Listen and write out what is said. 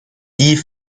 die